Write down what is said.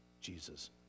Jesus